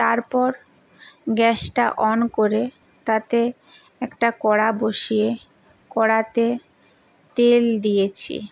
তারপর গ্যাসটা অন করে তাতে একটা কড়া বসিয়ে কড়াতে তেল দিয়েছি